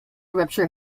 rupture